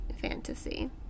fantasy